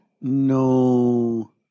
No